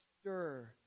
stir